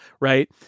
right